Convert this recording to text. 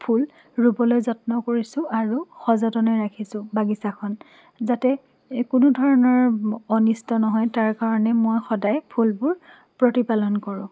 ফুল ৰুবলৈ যত্ন কৰিছোঁ আৰু সজতনে ৰাখিছোঁ বাগিচাখন যাতে কোনো ধৰণৰ অনিষ্ট নহয় তাৰ কাৰণে মই সদায় ফুলবোৰ প্ৰতিপালন কৰোঁ